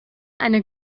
eine